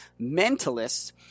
Mentalists